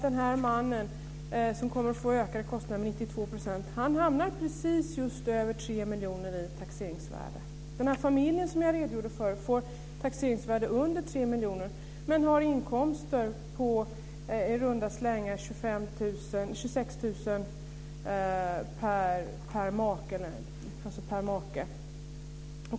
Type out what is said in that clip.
Den här mannen som får ökade kostnader med 92 % hamnar precis över 3 Den familj som jag redogjorde för får ett taxeringsvärde under 3 miljoner. Men man har inkomster på i runda slängar 26 000 kr per make.